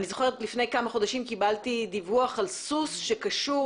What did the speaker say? לפני כמה חודשים קיבלתי דיווח על סוס שקשור